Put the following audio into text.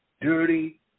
dirty